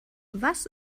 was